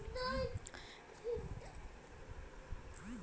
रबड़ गाछ मे बड़क गाछ जकाँ जटा लटकल देखबा मे अबैत अछि